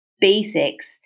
basics